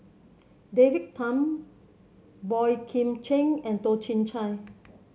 David Tham Boey Kim Cheng and Toh Chin Chye